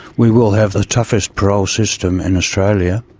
we will have the toughest parole system in australia,